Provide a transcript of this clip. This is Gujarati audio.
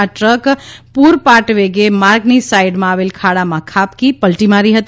આ ટ્રક પુરપાટવેગે માર્ગની સાઈડમાં આવેલ ખાડામાં ખાબકી પલ્ટી મારી ગઈ હતી